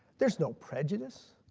there's no prejudice,